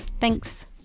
Thanks